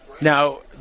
Now